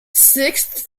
sixth